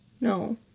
No